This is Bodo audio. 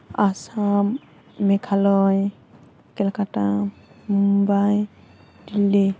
आसाम मेघालय केलकाता मुम्बाइ दिल्ली